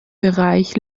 bereich